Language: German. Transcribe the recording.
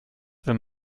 wenn